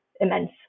immense